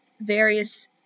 various